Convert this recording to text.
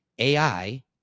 AI